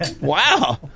Wow